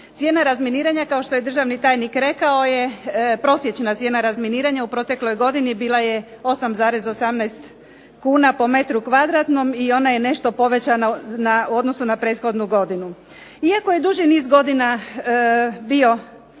Cijena razminiranja kao što je državni tajnik rekao je prosječna cijena razminiranja, u protekloj godini bila je 8,18 kuna po metru kvadratnom i ona je nešto povećano na u odnosu na prethodnu godinu. Ipak je duži niz godina bio